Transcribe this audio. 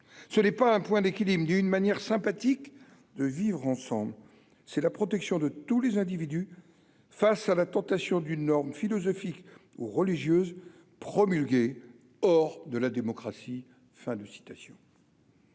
ce n'est pas un point d'équilibre, d'une manière sympathique de vivre ensemble, c'est la protection de tous les individus face à la tentation d'une norme philosophiques ou religieuses, promulguée hors de la démocratie,